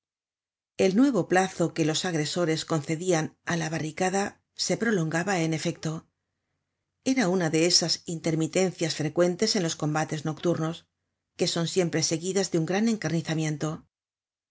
el nuevo plazo que los agresores concedian á la barricada se prolongaba en efecto era una de esas intermitencias frecuentes en los combates nocturnos que son siempre seguidas de un gran encarnizamiento y